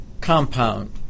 compound